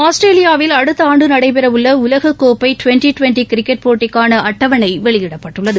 ஆஸ்திரேலியாவில் அடுத்தஆண்டுநடைபெறவுள்ளஉலகக்கோப்பைடுவெண்டி டுவெண்டிகிரிக்கெட் போட்டிக்கானஅட்டவனைவெளியிடப்பட்டுள்ளது